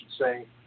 say